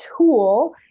tool